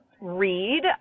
read